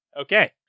Okay